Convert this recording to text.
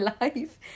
life